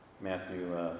Matthew